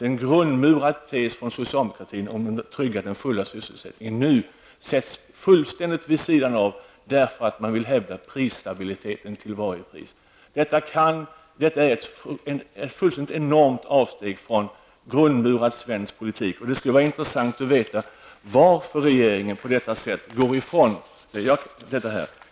En grundmurad tes från socialdemokratin om att trygga den fulla sysselsättningen sätts nu fullständigt vid sidan av, eftersom man vill hävda prisstabiliteten till varje pris. Detta är ett fullständigt enormt avsteg från grundmurad svensk politik. Det skulle vara intressant att veta varför regeringen på detta sätt går ifrån denna politik.